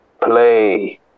Play